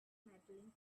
medaling